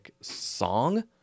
song